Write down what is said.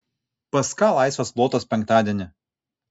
pas ką laisvas plotas penktadienį